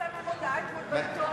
פרסמתם מודעה אתמול בעיתון,